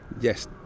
Yes